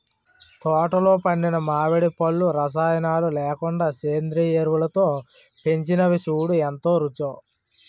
తోటలో పండిన మావిడి పళ్ళు రసాయనాలు లేకుండా సేంద్రియ ఎరువులతో పెంచినవి సూడూ ఎంత రుచో